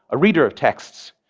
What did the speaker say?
a reader of texts,